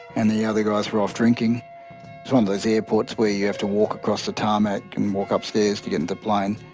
and the other guys were off drinking. it's one of those airports where you have to walk across the tarmac and walk up stairs to get into the plane.